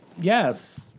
Yes